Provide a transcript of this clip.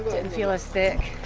didn't feel as thick